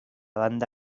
banda